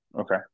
Okay